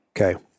Okay